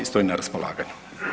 Stojim na raspolaganju.